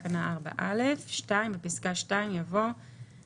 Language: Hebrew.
תיקון תקנה 2 2. בתקנה 2 לתקנות העיקריות